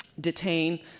detain